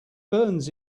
burns